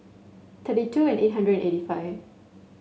thirty two and eight hundred eighty five